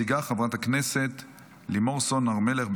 מציגה חברת הכנסת לימור סון הר מלך,